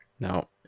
No